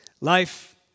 Life